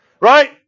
right